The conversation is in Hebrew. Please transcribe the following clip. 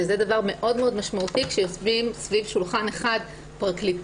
שזה דבר מאוד מאוד משמעותי כשיושבים סביב שולחן אחד פרקליטות,